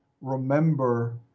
remember